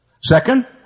Second